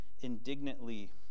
indignantly